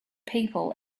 people